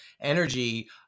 energy